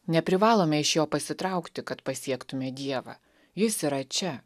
neprivalome iš jo pasitraukti kad pasiektume dievą jis yra čia